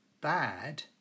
Bad